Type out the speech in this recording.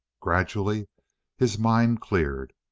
gradually his mind cleared.